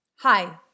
Hi